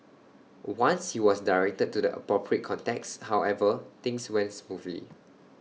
once he was directed to the appropriate contacts however things went smoothly